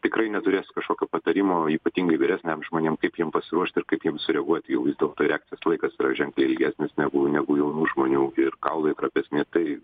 tikrai neturėsiu kažkokio patarimo ypatingai vyresniem žmonėm kaip jiem pasiruošti ir kaip jiems sureaguoti į jau to tai reakcijos laikas yra ženkliai ilgesnis negu negu jaunų žmonių ir kaulai trapesni tai